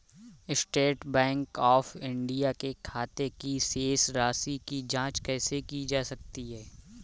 State Bank of India के खाते की शेष राशि की जॉंच कैसे की जा सकती है?